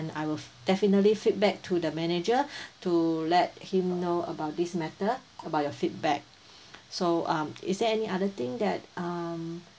I will definitely feedback to the manager to let him know about this matter about your feedback so um is there any other thing that um